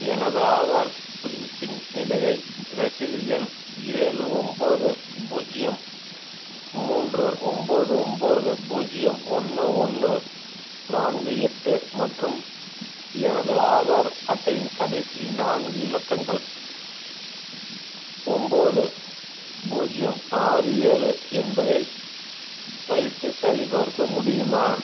எனது ஆதார் புதுப்பிப்பின் நிலையை ரசீது எண் ஏழு ஒன்போது பூஜ்யம் மூன்று ஒன்போது ஒன்போது பூஜ்யம் ஒன்று ஒன்று நான்கு எட்டு மற்றும் எனது ஆதார் அட்டையின் கடைசி நான்கு இலக்கங்கள் ஒன்போது பூஜ்யம் ஆறு ஏழு என்பதை வைத்து சரிபார்க்க முடியுமா